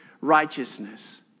righteousness